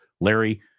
Larry